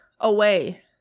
away